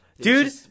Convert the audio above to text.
Dude